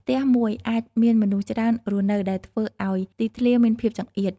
ផ្ទះមួយអាចមានមនុស្សច្រើនរស់នៅ ដែលធ្វើឲ្យទីធ្លាមានភាពចង្អៀត។